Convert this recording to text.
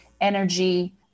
energy